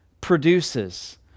produces